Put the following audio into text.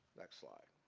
next slide.